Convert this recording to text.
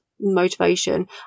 motivation